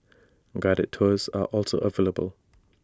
guided tours are also available